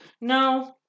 no